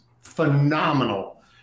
phenomenal